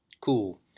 Cool